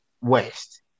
West